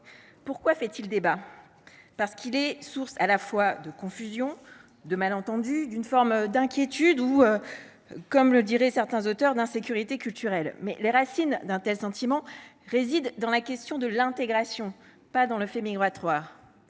Pourquoi fait il débat ? Parce qu’il est source à la fois de confusions, de malentendus, d’une forme d’inquiétude ou, comme le diraient certains auteurs, d’insécurité culturelle. Mais les racines d’un tel sentiment résident dans la question de l’intégration, pas dans le fait migratoire.